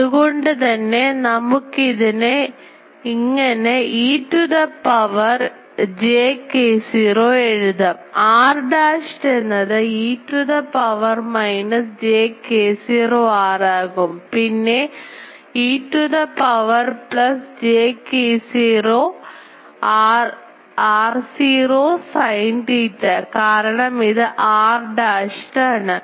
അതുകൊണ്ട്തന്നെ നമുക്ക് ഇതിനെ ഇങ്ങനെ e to the power j k0 എഴുതാം r dashed എന്നത് e the power minus j k0 r ആകുംപിന്നെ e to the power plus j k0 r0 sin theta കാരണം ഇത് r dashed ആണ്